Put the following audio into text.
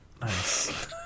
Nice